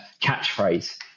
catchphrase